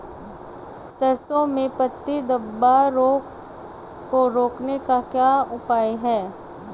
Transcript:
सरसों में पत्ती धब्बा रोग को रोकने का क्या उपाय है?